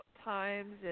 times